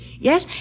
Yes